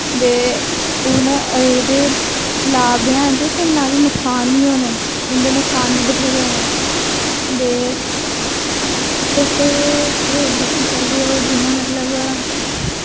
ते हून एह्दे लाभ ते हैन ते नाले नकसान बी होने न इं'दे नकसान बी बत्थेरे होने न ते तुस होर दिक्खी सकदे ओ जियां मतलब